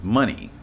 money